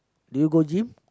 do you go gym